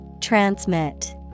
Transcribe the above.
Transmit